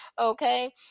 okay